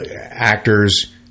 Actors